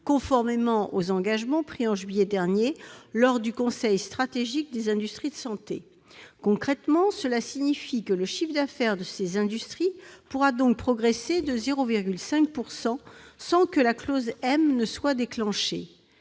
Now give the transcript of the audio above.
conformément aux engagements pris en juillet dernier lors du conseil stratégique des industries de santé. Concrètement, cela signifie que le chiffre d'affaires des industries considérées pourra donc progresser de 0,5 % sans que la clause M soit déclenchée.